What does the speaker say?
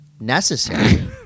necessary